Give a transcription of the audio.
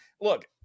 look